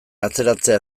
atzeratzea